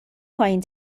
پایین